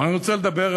אבל אני רוצה לדבר,